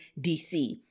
DC